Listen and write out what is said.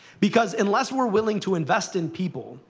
because unless we're willing to invest in people,